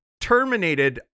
terminated